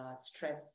stress